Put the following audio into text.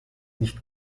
nicht